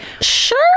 sure